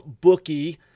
bookie